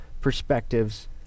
perspectives